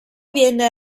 viene